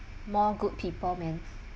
more good people man